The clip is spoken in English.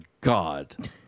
God